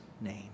name